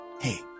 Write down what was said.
hey